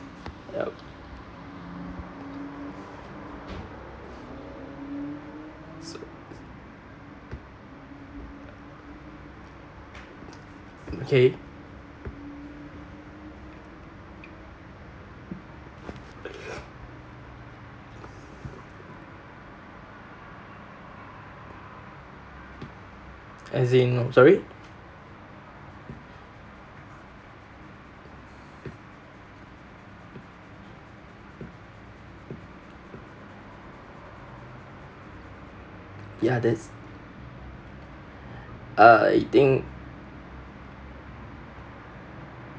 yup so okay as in sorry ya that's err I think